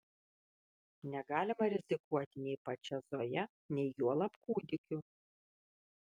negalima rizikuoti nei pačia zoja nei juolab kūdikiu